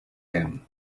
him